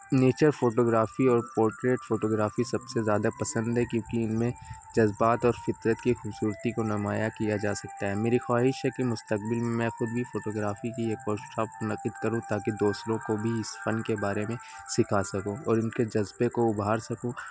nature photography اور portrait photography سب سے زیادہ پسند ہے کیونکہ ان میں جذبات اور فطرت کی خوبصورتی کو نمایاں کیا جا سکتا ہے میری خواہش ہے کہ مستقبل میں خود بھی فوٹوگرافی کی ایک ورکشاپ منعقد کروں تاکہ دوسروں کو بھی اس فن کے بارے میں سکھا سکوں اور ان کے جذبے کو ابھار سکوں